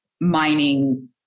mining